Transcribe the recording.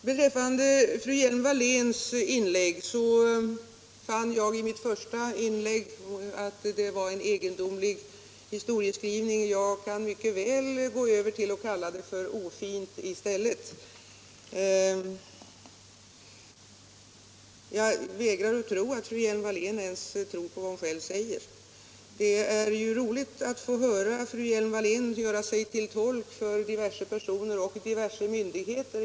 Beträffande fru Hjelm-Walléns inlägg fann jag i ett tidigare anförande att det var en egendomlig historieskrivning. Jag kan mycket väl kalla det ofint i stället. Jag vägrar att tro att fru Hjelm-Wallén ens tror på vad hon själv säger. Det är ju roligt att få höra fru Hjelm-Wallén göra sig till tolk för diverse personer och diverse myndigheter.